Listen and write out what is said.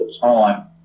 time